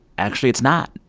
actually, it's not.